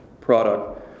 product